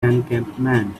encampment